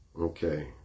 Okay